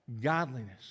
godliness